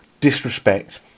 disrespect